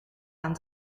aan